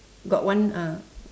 got one ah